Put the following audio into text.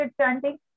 chanting